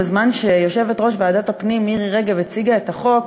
בזמן שיושבת-ראש ועדת הפנים מירי רגב הציגה את החוק,